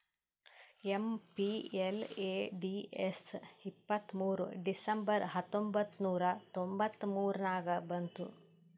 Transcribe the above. MPLADS ಇಪ್ಪತ್ತ್ಮೂರ್ December ಹತ್ತೊಂಬತ್ ನೂರಾ ತೊಂಬತ್ತ ಮೂರ ನಾಗ ಬಂತು